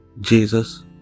Jesus